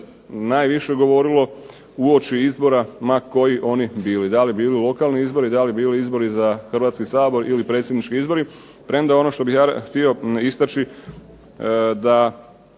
najviše govorilo uoči izbora ma koji oni bili, da li bili lokalni izbori, da li bili izbori za Hrvatski sabor, ili predsjednički izbori, premda ono što bi ja htio istaći da